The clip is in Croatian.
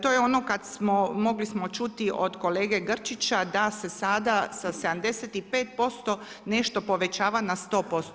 To je ono kada smo, mogli smo čuti od kolege Grčića da se sada sa 75% nešto povećava na 100%